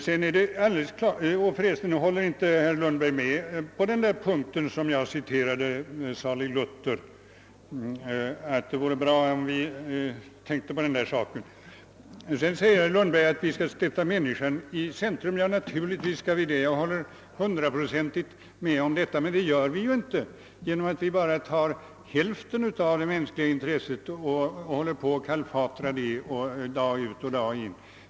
Förresten vill jag fråga: Hål ler inte herr Lundberg med mig på den punkt där jag citerade salig Luther och att det vore bra, om vi tänkte på den saken? Herr Lundberg sade att vi skulle sätta människan i centrum. Naturligtvis skall vi göra det, jag håller hundraprocentigt med om det. Men det gör vi ju inte då vi bara talar om den ena hälften av det mänskliga intresset och håller på att kalfatra det dag ut och dag in.